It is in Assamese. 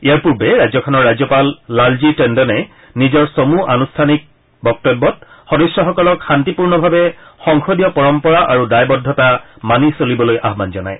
ইয়াৰ পূৰ্বে ৰাজ্যখনৰ ৰাজ্যপাল লালজী টেণ্ডনে নিজৰ চমু আন্ঠানিক বক্তব্যত সদস্যসকলক শান্তিপূৰ্ণভাৱে সংসদীয় পৰম্পৰা আৰু দায়বদ্ধতা মানি চলিবলৈ আহবান জনায়